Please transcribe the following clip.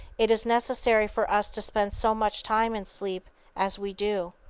it is necessary for us to spend so much time in sleep as we do.